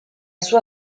sua